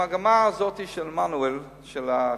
במגמה הזאת של עמנואל, של החסידים,